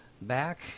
back